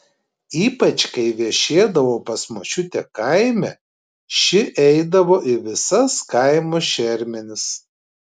ypač kai viešėdavau pas močiutę kaime ši eidavo į visas kaimo šermenis